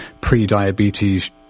pre-diabetes